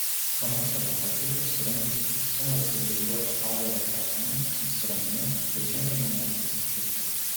pamatę baltąjį apsirengusį pusiau civilizuoto padaro drapanom nusiramino ir žengė manęs pasitikti